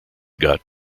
got